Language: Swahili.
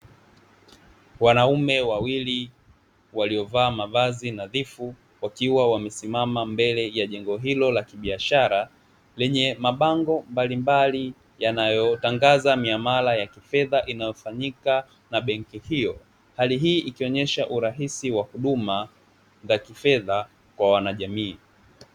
Wanaume wawili waliovaa mavazi nadhifu, wakiwa wamesimama mbele ya jengo hilo la kibiashara, lenye mabango mbalimbali yanayotangaza miamala ya kifedha inayofanyika na benki hiyo. Hali hii ikionyesha urahisi wa huduma za kifedha kwa wanajamii.